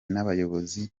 n’abayobozi